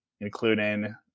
including